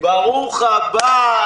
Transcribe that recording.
ברוך הבא.